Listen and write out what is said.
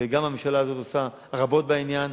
וגם הממשלה הזאת עושה רבות בעניין,